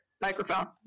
Microphone